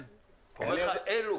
הוא אומר לך 'אלו'.